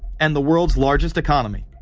and the world's largest economy.